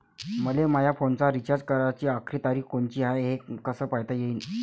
मले माया फोनचा रिचार्ज कराची आखरी तारीख कोनची हाय, हे कस पायता येईन?